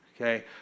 Okay